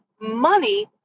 money